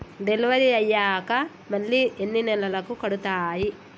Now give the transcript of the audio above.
Delivery అయ్యాక మళ్ళీ ఎన్ని నెలలకి కడుతాయి?